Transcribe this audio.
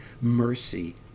mercy